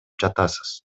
жатасыз